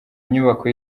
nyubako